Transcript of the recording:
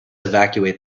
evacuate